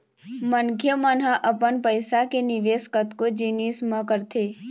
मनखे मन ह अपन पइसा के निवेश कतको जिनिस म करथे